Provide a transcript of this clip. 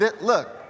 look